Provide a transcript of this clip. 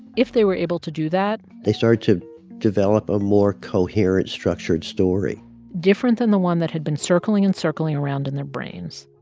if they were able to do that. they started to develop a more coherent, structured story different than the one that had been circling and circling around in their brains.